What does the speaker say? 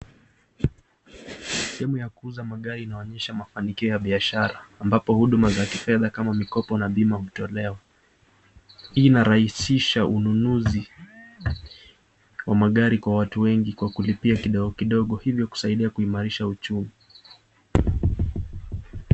Sehemu ya kuuza magari inaonyesha mafanikio ya biashara, ambapo huduma za kifedha kama mikopo na bima hutolewa. Hii inarahisisha ununuzi wa magari kwa watu wengi kwa kulipia kidogo kidogo hivyo kusaidia kuimarisha uchumi.